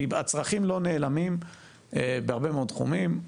כי הצרכים לא נעלמים בהרבה מאוד תחומים,